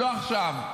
לא עכשיו,